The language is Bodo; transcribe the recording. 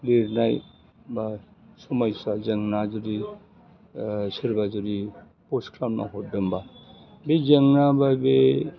लिरनाय बा समायसा जोंना जुदि सोरबा जुदि पस्थ खालामना हरदोंबा बे जेंनाबा बे